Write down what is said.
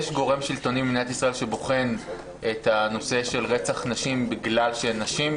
יש גורם שלטוני במדינת ישראל שבוחן את הנושא של רצח נשים בגלל שהן נשים,